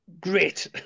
Great